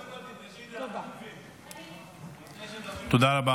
תדרשי את זה לחטופים, קודם תדרשי את זה לחטופים.